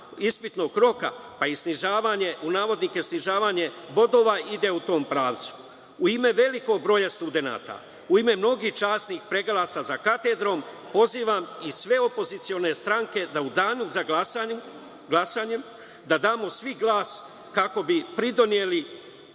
ispitnog roka pa i „snižavanje“ bodova ide u tom pravcu.U ime velikog broja studenata, u ime mnogih časnih predavalaca za katedrom, pozivam sve opozicione stranke da u danu za glasanje, da damo svi glas kako bi pridoneli